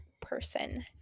person